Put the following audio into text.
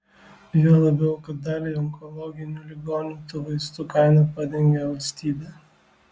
juo labiau kad daliai onkologinių ligonių tų vaistų kainą padengia valstybė